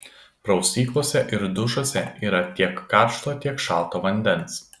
prausyklose ir dušuose yra tiek karšto tiek šalto vandens